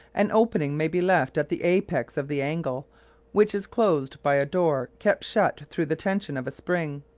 an opening may be left at the apex of the angle which is closed by a door kept shut through the tension of a spring.